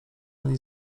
ani